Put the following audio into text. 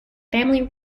family